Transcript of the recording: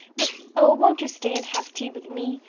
but oh, won't you stay and have tea with me?